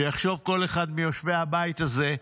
שיחשוב כל אחד מיושבי הבית הזה,